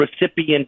recipient